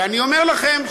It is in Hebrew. ואני אומר לכם,